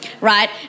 Right